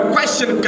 Question